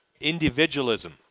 individualism